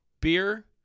beer